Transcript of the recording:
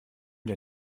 der